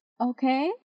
Okay